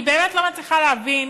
אני באמת לא מצליחה להבין